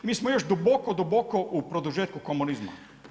Mi smo još duboko, duboko u produžetku komunizma.